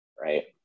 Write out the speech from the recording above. right